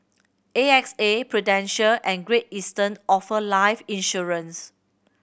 A X A Prudential and Great Eastern offer life insurance